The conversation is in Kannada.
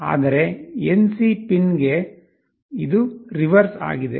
ಆದರೆ NC ಪಿನ್ಗೆ ಇದು ರಿವರ್ಸ್ ಆಗಿದೆ